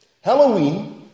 Halloween